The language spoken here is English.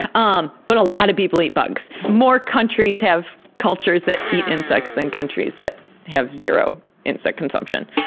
um but a lot of people eat bugs. more countries have cultures that eat insects than countries that have zero insect consumption.